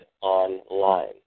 online